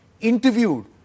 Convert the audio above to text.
interviewed